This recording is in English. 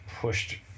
pushed